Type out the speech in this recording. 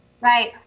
Right